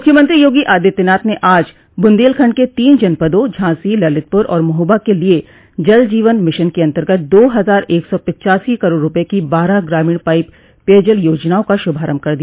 मूख्यमंत्री योगी आदित्यनाथ ने आज बुन्देलखंड के तीन जनपदों झांसी ललितपुर और महोबा के लिये जल जीवन मिशन के अन्तर्गत दो हजार एक सौ पिच्चासी करोड़ रूपये की बारह ग्रामीण पाइप पेयजल योजनाओं का शुभारम्भ कर दिया